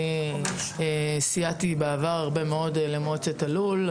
אני סייעתי בעבר הרבה מאוד למועצת הלול.